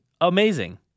Amazing